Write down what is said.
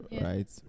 right